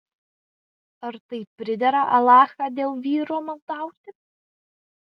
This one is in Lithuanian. ar tai pridera alachą dėl vyro maldauti